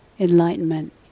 Enlightenment